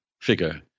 figure